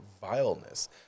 vileness